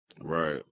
Right